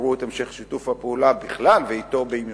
שיאפשרו את המשך שיתוף הפעולה בכלל ואתו במיוחד.